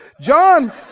John